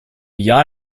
yacht